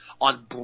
on